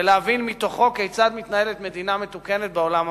ולהבין מתוכו כיצד מתנהלת מדינה מתוקנת בעולם המודרני.